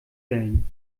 wellen